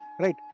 right